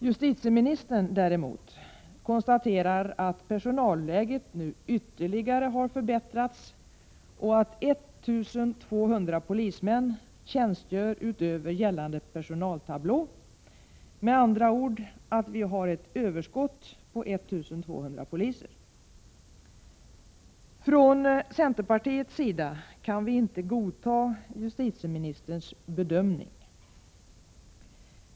Justitieministern däremot konstaterar att personalläget nu ytterligare har förbättrats och att 1 200 polismän tjänstgör utöver gällande personaltablå. Med andra ord: Vi har ett överskott på 1 200 poliser. Från centerpartiets sida kan vi inte godta justitieministerns bedömning.